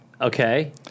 Okay